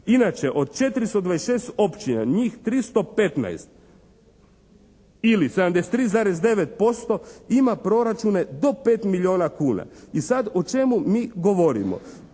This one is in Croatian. Inače od 426 općina njih 315 ili 73,9% ima proračune do 5 milijuna kuna. I sad o čemu mi govorimo?